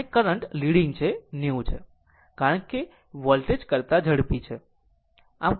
અને current leading 90 છે કારણ કે વોલ્ટેજ કરતા ઝડપી છે